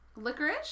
Licorice